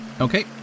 okay